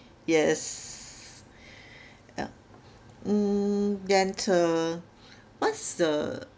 yes yup mm then uh what's the